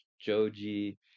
Joji